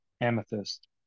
amethyst